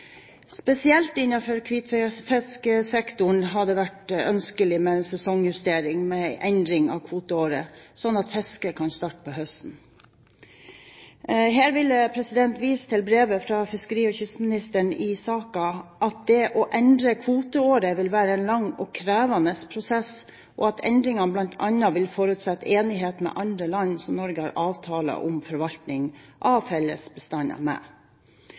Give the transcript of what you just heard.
Spesielt innenfor hvitfisksektoren har det vært ønskelig med en sesongjustering med en endring av kvoteåret, sånn at fisket kan starte på høsten. Her vil jeg vise til brevet fra fiskeri- og kystministeren i saken, at det å endre kvoteåret vil være en lang og krevende prosess, og at endringene bl.a. vil forutsette enighet med andre land som Norge har avtaler om forvaltning av felles bestander med.